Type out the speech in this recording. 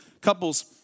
couples